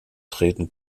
treten